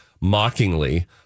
mockingly